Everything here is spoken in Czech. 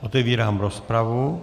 Otevírám rozpravu.